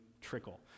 trickle